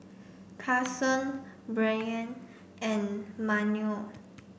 Karson Brynn and Manuel